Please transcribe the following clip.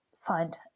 find